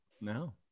No